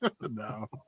no